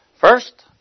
First